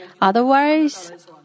Otherwise